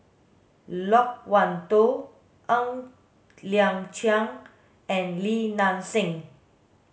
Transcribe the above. Loke Wan Tho Ng Liang Chiang and Li Nanxing